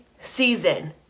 season